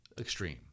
extreme